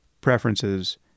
preferences